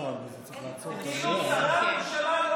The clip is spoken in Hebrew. כאילו ששרי הממשלה,